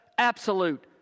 Absolute